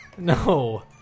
No